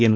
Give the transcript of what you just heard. N